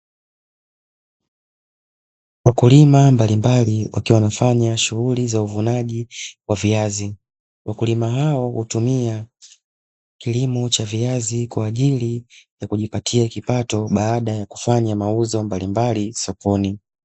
Wakulima mbalimbali wakiwa wanafanya shughuli za uvunaji wa viazi, wakulima hao hutumia kilimo cha viazi kwa ajili ya kujipatia kipato baada ya kufanya mauzo mbalimbali sokoni.